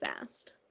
fast